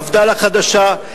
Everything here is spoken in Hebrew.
מפד"ל החדשה,